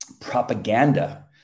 propaganda